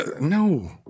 no